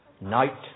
night